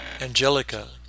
Angelica